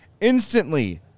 instantly